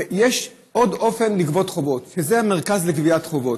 יש עוד אופן לגבות חובות, שזה המרכז לגביית חובות.